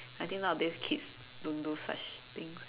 I think nowadays kids don't do such things